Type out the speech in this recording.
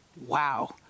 wow